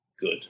good